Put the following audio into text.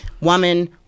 Woman